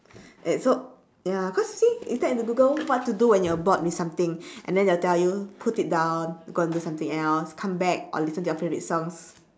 and so ya cause see you type into google what to do when you are bored with something and then they will tell you put it down go and do something else come back or listen to your favourite songs